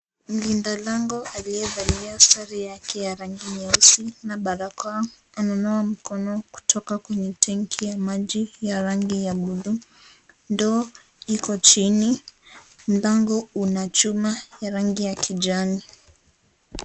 Mlinda lango aliyevalia sare yake ya rangi nyeusi na barakoa ananawa mkono kutoka kwenye tenki ya maji ya rangi ya bluu, ndoo iko chini , mlango una chuma ya rangi ya kijani.